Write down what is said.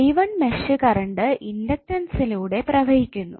i1 mesh current ഇണ്ടക്ടൻസിലൂടെ പ്രവഹിക്കുന്നു